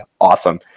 awesome